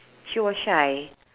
she was shy